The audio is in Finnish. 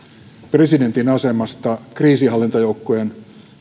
presidentin asemasta kriisinhallintajoukkojen